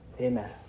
Amen